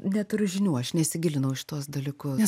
neturiu žinių aš nesigilinau į šituos dalykus